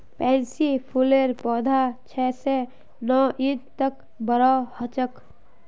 pansy फूलेर पौधा छह स नौ इंच तक बोरो ह छेक